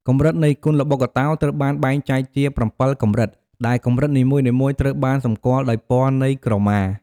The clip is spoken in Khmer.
កម្រិតនៃគុនល្បុក្កតោ ត្រូវបានបែងចែកជា ៧កម្រិត ដែលកម្រិតនីមួយៗត្រូវបានសម្គាល់ដោយពណ៌នៃក្រមា។